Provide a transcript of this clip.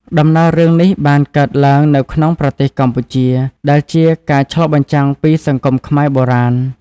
ដំណើររឿងនេះបានកើតឡើងនៅក្នុងប្រទេសកម្ពុជា ដែលជាការឆ្លុះបញ្ចាំងពីសង្គមខ្មែរបុរាណ។